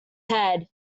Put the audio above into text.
head